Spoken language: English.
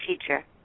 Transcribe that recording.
teacher